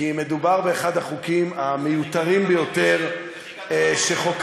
כי מדובר באחד החוקים המיותרים ביותר שחוקקתם,